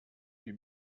wie